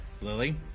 Lily